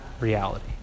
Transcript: reality